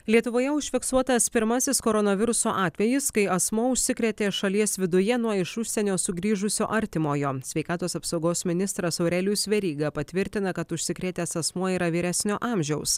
lietuvoje užfiksuotas pirmasis koronaviruso atvejis kai asmuo užsikrėtė šalies viduje nuo iš užsienio sugrįžusio artimojo sveikatos apsaugos ministras aurelijus veryga patvirtina kad užsikrėtęs asmuo yra vyresnio amžiaus